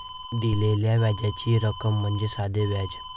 दिलेल्या व्याजाची रक्कम म्हणजे साधे व्याज